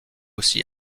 aussi